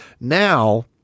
now